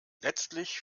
letztlich